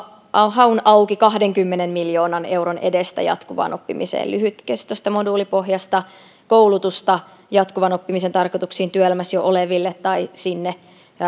haun auki kahdenkymmenen miljoonan euron edestä jatkuvaan oppimiseen lyhytkestoista moduulipohjaista koulutusta jatkuvan oppimisen tarkoituksiin työelämässä jo oleville tai sinne